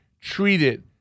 treated